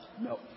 No